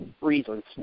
reasons